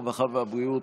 הרווחה והבריאות,